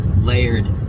layered